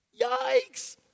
Yikes